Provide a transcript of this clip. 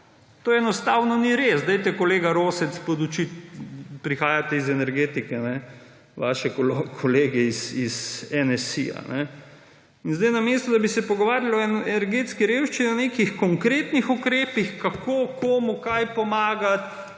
To enostavno ni res. Dajte, kolega Rosec, podučiti, prihajate iz energetike, vaše kolege iz NSi. In namesto da bi se pogovarjali o energetski revščini na nekih konkretnih ukrepih, kako, komu, kaj pomagati,